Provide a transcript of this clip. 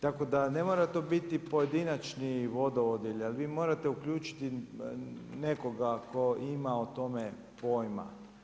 Tako da ne mora to biti pojedinačni vodovod, ali vi morate uključiti nekoga tko ima o tome pojma.